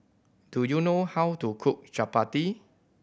do you know how to cook Chapati